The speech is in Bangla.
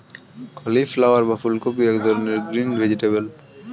কলিফ্লাওয়ার বা ফুলকপি এক ধরনের গ্রিন ভেজিটেবল